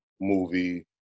movie